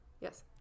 Yes